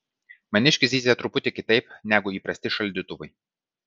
maniškis zyzia truputį kitaip negu įprasti šaldytuvai